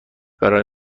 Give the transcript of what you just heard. برای